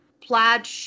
plaid